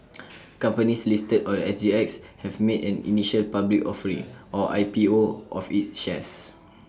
companies listed or G X have made an initial public offering or I P O of its shares